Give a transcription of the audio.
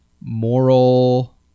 moral